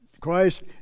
Christ